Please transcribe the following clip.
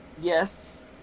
Yes